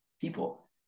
people